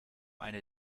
eine